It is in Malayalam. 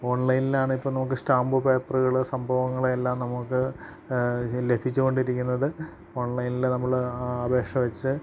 ഓൺലൈനിലാണിപ്പോള് നമുക്ക് സ്റ്റാമ്പ് പേപ്പറുകള് സംഭവങ്ങളെല്ലാം നമുക്ക് ലഭിച്ചുകൊണ്ടിരിക്കുന്നത് ഓൺലൈനില് നമ്മള് ആ അപേക്ഷ വച്ച്